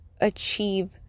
achieve